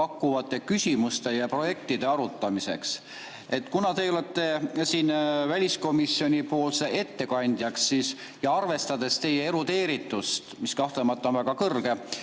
pakkuvate küsimuste ja projektide arutamiseks. Kuna te olete siin väliskomisjoni ettekandja ja arvestades teie erudeeritust, mis kahtlemata on väga kõrge,